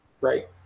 Right